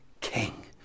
king